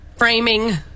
framing